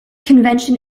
convention